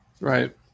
Right